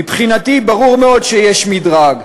מבחינתי, ברור מאוד שיש מדרג.